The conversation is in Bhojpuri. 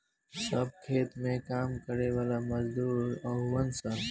सब खेत में काम करे वाला मजदूर हउवन सन